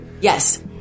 Yes